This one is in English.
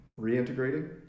reintegrating